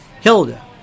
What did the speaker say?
Hilda